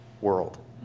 world